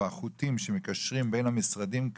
או החוטים שמקשרים בין המשרדים,